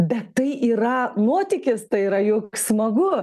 bet tai yra nuotykis tai yra juk smagu